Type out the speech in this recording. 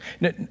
No